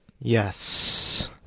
Yes